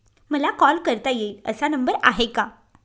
मला कॉल करता येईल असा नंबर आहे का?